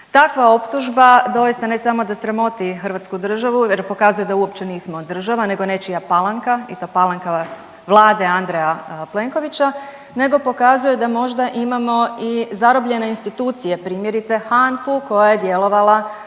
Takva optužba, doista, ne samo da sramoti hrvatsku državu jer pokazuje da uopće nismo država, nego nečija palanka i to palanka vlade Andreja Plenkovića, nego pokazuje da možda imamo i zarobljene institucije, primjerice, HANFA-u koja je djelovala